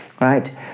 Right